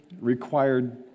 required